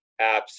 apps